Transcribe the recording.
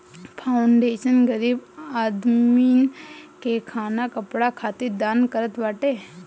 foundation गरीब आदमीन के खाना कपड़ा खातिर दान करत बाटे